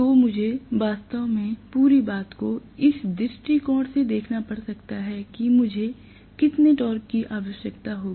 तो मुझे वास्तव में पूरी बात को इस दृष्टिकोण से देखना पड़ सकता है कि मुझे कितने टॉर्क की आवश्यकता होगी